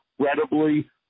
Incredibly